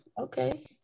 Okay